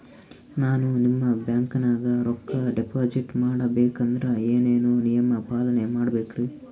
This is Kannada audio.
ನಾನು ನಿಮ್ಮ ಬ್ಯಾಂಕನಾಗ ರೊಕ್ಕಾ ಡಿಪಾಜಿಟ್ ಮಾಡ ಬೇಕಂದ್ರ ಏನೇನು ನಿಯಮ ಪಾಲನೇ ಮಾಡ್ಬೇಕ್ರಿ?